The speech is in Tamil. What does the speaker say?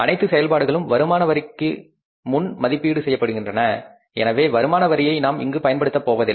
அனைத்து செயல்பாடுகளும் வருமானவரிக் முன் மதிப்பீடு செய்யப்படுகின்றன எனவே வருமான வரியை நாம் இங்கு பயன்படுத்தப் போவதில்லை